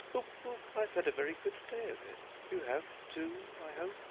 oop! oop! i've had a very good day of it. you have, too, i hope?